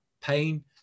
pain